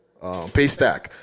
paystack